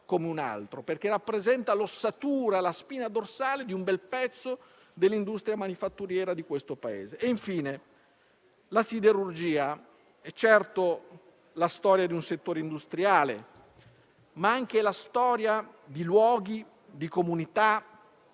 come tanti, perché rappresenta l'ossatura e la spina dorsale di un bel pezzo dell'industria manifatturiera del Paese. Infine, la siderurgia è certamente la storia di un settore industriale, ma anche di luoghi, comunità,